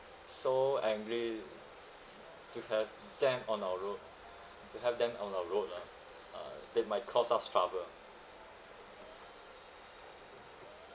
so angry to have them on our road to have them on our road lah ah that might cause us struggle